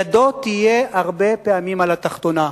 ידו תהיה הרבה פעמים על התחתונה,